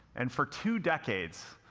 and for two decades,